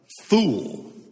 fool